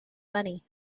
money